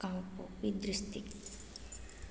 Kangpokpi district